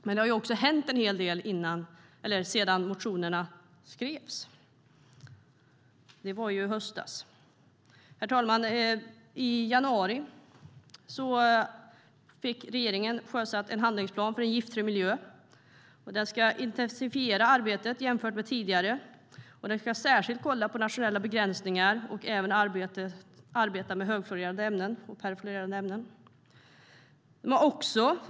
Men det har också hänt en hel del sedan motionerna skrevs - det var i höstas. Herr talman! I januari fick regeringen sjösatt en handlingsplan för en giftfri miljö. Med den ska man intensifiera arbetet jämfört med tidigare. Man ska särskilt kolla på nationella begränsningar och även arbeta med högfluorerade och perfluorerade ämnen.